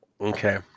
okay